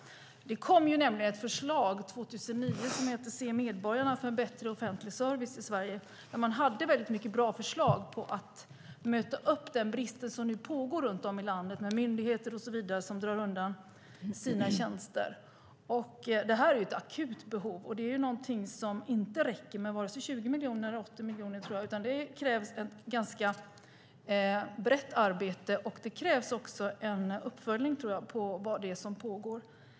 Det kom nämligen ett förslag 2009 som hette Se medborgarna - för bättre offentlig service och där man hade mycket bra förslag för att möta upp den brist som nu finns i landet på grund av att myndigheter och så vidare drar in sina tjänster. Det är ett akut behov, och det räcker inte med vare sig 20 miljoner eller 80 miljoner, utan det krävs ett ganska brett arbete och en uppföljning av det som pågår.